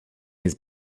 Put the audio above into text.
his